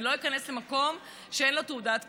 אני לא איכנס למקום שאין לו תעודת כשרות,